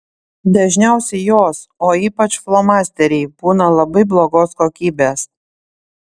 dažniausiai jos o ypač flomasteriai būna labai blogos kokybės